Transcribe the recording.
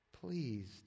pleased